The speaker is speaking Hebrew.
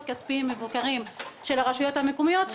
כספיים מבוקרים של הרשויות המקומיות,